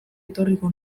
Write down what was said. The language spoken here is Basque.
etorriko